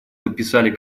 подписали